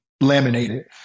laminated